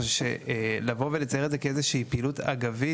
ולכן לבוא ולצייר את זה כאיזושהי פעילות אגבית,